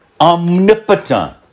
omnipotent